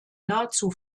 nahezu